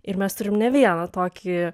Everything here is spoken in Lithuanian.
ir mes turim ne vieną tokį